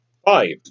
Five